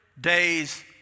days